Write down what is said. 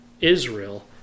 Israel